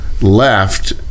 left